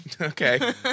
Okay